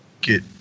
get